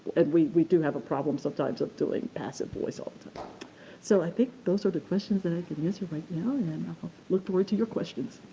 and, we we do have a problem sometimes of doing passive voice all so, i think those are the questions that i can answer right now and and i ah look forward to your questions.